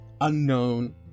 unknown